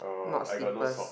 not slippers